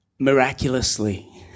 miraculously